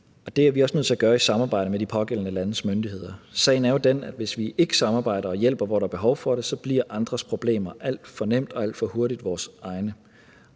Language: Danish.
Det er vi også nødt til at gøre i samarbejde med de pågældende landes myndigheder. Sagen er jo den, at hvis ikke vi samarbejder og hjælper, hvor der er behov for det, bliver andres problemer alt for nemt og alt for hurtigt vores egne.